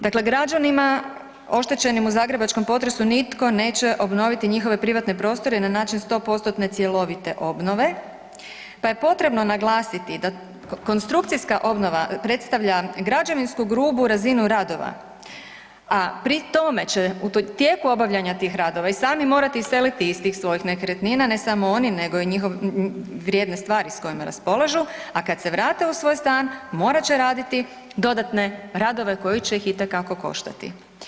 Dakle, građanima oštećenim u zagrebačkom potresu nitko neće obnoviti njihove privatne prostore na način sto postotne cjelovite obnove, pa je potrebno naglasiti da konstrukcijska obnova predstavlja građevinsku grubu razinu radova, a pri tome će u tijeku obavljanja tih radova i sami morati iseliti iz tih svojih nekretnina ne samo oni nego i vrijedne stvari sa kojima raspolažu, a kad se vrate u svoj stan morat će raditi dodatne radove koji će ih itekako koštati.